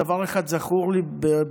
דבר אחד זכור לי במיוחד.